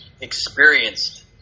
experienced